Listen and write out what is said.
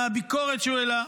מהביקורת שהוא העלה.